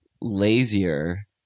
lazier